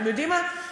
אתם יודעים מה,